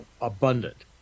abundant